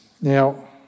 Now